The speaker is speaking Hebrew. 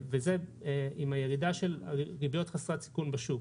וזה עם הירידה של הריביות חסרת סיכון בשוק.